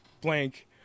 blank